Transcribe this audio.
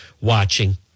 watching